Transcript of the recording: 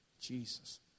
Jesus